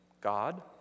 God